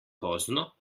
pozno